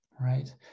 right